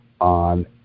on